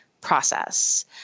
process